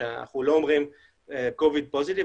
אנחנו לא אומרים COVID POSITIVE,